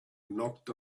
knocked